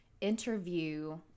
interview